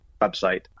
website